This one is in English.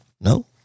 No